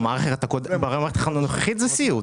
במערכת הנוכחית זה סיוט.